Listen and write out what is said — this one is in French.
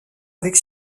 avec